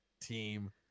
team